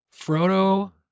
Frodo